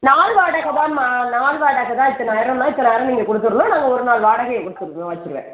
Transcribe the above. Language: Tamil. நாள் வாடகை தாம்மா நாள் வாடகை தான் இத்தனிய ஆயிரம்னால் இத்தனை ஆயிரம் நீங்கள் கொடுத்துர்ணும் நாங்கள் ஒரு நாள் வாடகையை கொடுத்துர் வைச்சுருவேன்